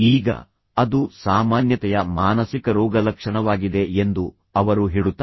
ಈಗ ಅದು ಸಾಮಾನ್ಯತೆಯ ಮಾನಸಿಕ ರೋಗಲಕ್ಷಣವಾಗಿದೆ ಎಂದು ಅವರು ಹೇಳುತ್ತಾರೆ